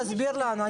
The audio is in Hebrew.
תסביר לנו.